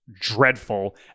Dreadful